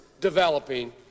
developing